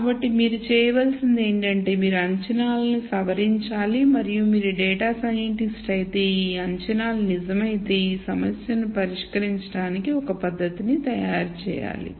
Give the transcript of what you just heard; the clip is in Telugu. కాబట్టి మీరు చేయవలసింది ఏమిటంటే మీరు అంచనాలను సవరించాలి మరియు మీరు డేటా సైంటిస్ట్ అయితే ఈ అంచనాలు నిజమైతే ఈ సమస్యను పరిష్కరించడానికి ఒక పద్ధతిని తయారు చేయాలి